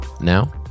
now